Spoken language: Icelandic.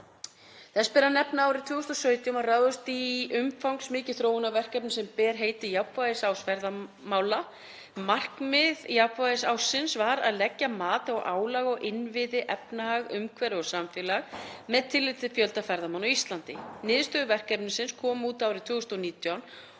Þess ber að nefna að árið 2017 var ráðist í umfangsmikið þróunarverkefni sem ber heitið Jafnvægisás ferðamála. Markmið jafnvægisássins var að leggja mat á álag á innviði, efnahag, umhverfi og samfélag með tilliti til fjölda ferðamanna á Íslandi. Niðurstöður verkefnisins komu út árið 2019